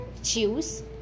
choose